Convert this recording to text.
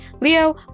Leo